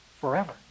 forever